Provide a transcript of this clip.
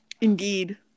Indeed